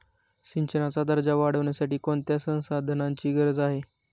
सिंचनाचा दर्जा वाढविण्यासाठी कोणत्या संसाधनांची गरज आहे?